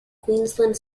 queensland